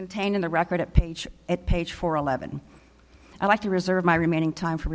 contained in the record at page at page four eleven i'd like to reserve my remaining time for